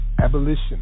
Abolition